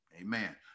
amen